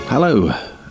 Hello